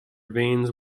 veins